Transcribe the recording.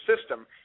system